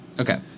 Okay